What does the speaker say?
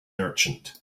merchant